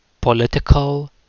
political